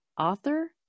author